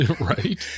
Right